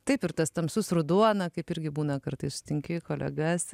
taip ir tas tamsus ruduo na kaip irgi būna kartais sutinki kolegas